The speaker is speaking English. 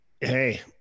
hey